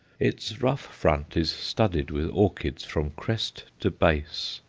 its rough front is studded with orchids from crest to base.